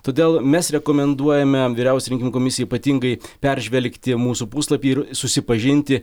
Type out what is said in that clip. todėl mes rekomenduojame vyriausiajai rinkimų komisijai ypatingai peržvelgti mūsų puslapį ir susipažinti